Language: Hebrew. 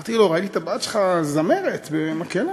אמרתי לו: ראיתי את הבת שלך זמרת, במקהלה.